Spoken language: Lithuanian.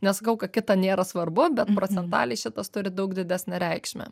nesakau kad kita nėra svarbu bet procentaliai šitas turi daug didesnę reikšmę